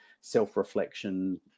self-reflection